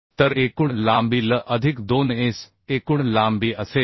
तर एकूण लांबी l अधिक 2S एकूण लांबी असेल